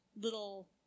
little